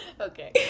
okay